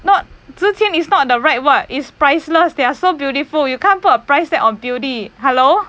no 值钱 is not the right word is priceless they are so beautiful you can't put a price tag on beauty hello